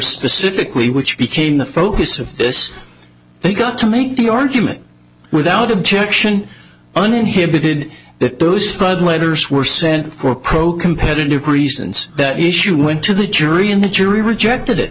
specifically which became the focus of this they got to make the argument without objection uninhibited that those flood letters were sent for pro competitive reasons that issue went to the jury and the jury rejected it